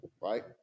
Right